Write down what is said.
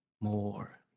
more